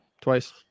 twice